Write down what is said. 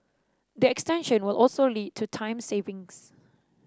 the extension will also lead to time savings